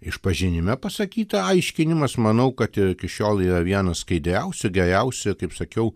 išpažinime pasakyta aiškinimas manau kad iki šiol yra vienas skaidriausių geriausia kaip sakiau